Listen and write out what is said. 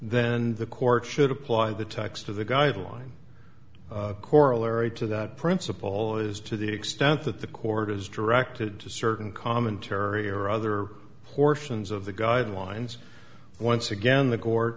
then the court should apply the text of the guideline corollary to that principle is to the extent that the court is directed to certain commentary or other portions of the guidelines once again the